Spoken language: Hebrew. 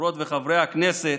חברות וחברי הכנסת,